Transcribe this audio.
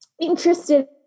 interested